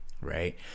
right